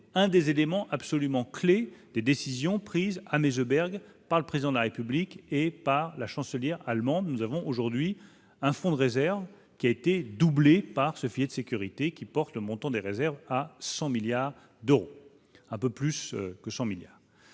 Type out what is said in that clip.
un des éléments absolument clé des décisions prises à Meseberg par le président de la République et par la chancelière allemande, nous avons aujourd'hui un fonds de réserve qui a été doublée par ce filet de sécurité qui porte le montant des réserves à 100 milliards d'euros, un peu plus que 100 milliards